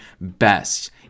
best